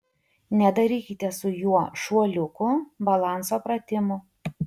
nedarykite su juo šuoliukų balanso pratimų